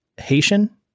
Haitian